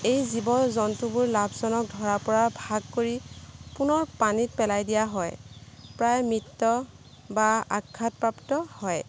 এই জীৱ জন্তুবোৰ লাভজনক ধৰা পৰাৰ ভাগ কৰি পুনৰ পানীত পেলাই দিয়া হয় প্ৰায় মৃত বা আঘাতপ্ৰাপ্ত হয়